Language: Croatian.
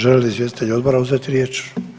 Želi li izvjestitelj odbora uzeti riječ?